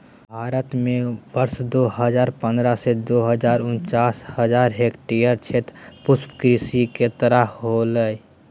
भारत में वर्ष दो हजार पंद्रह में, दो सौ उनचास हजार हेक्टयेर क्षेत्र पुष्पकृषि के तहत होले